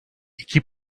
iki